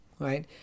Right